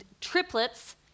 triplets